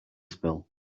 spill